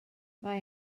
mae